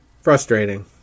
Frustrating